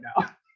now